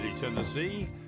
Tennessee